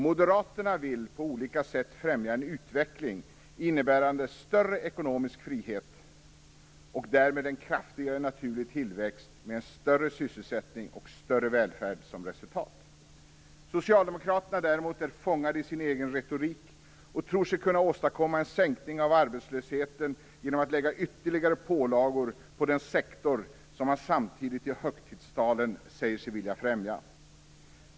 Moderaterna vill på olika sätt främja en utveckling innebärande större ekonomisk frihet och därmed en kraftigare naturlig tillväxt, med högre sysselsättning och större välfärd som resultat. Socialdemokraterna är däremot fångade i sin egen retorik och tror sig kunna åstadkomma en sänkning av arbetslösheten genom att lägga ytterligare pålagor på den sektor som man samtidigt i högtidstalen säger sig vilja främja.